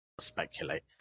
speculate